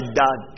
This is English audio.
dad